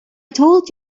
told